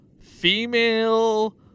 female